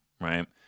right